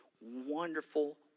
wonderful